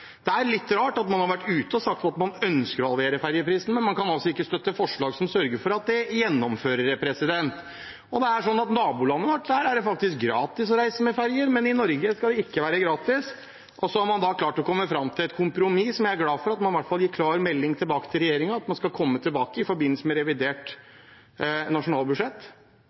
Det er litt rart at man har vært ute og sagt at man ønsker å halvere ferjeprisene, men altså ikke kan støtte forslag som sørger for at det gjennomføres. Det er sånn at i nabolandet vårt er det faktisk gratis å reise med ferjer, men i Norge skal det ikke være gratis. Så har man da klart å komme fram til et kompromiss, og jeg er glad for at man i hvert fall gir klar melding tilbake til regjeringen om å komme tilbake i forbindelse med revidert nasjonalbudsjett